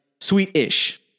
sweet-ish